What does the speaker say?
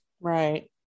Right